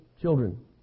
children